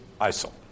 ISIL